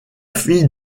fille